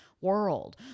world